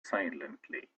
silently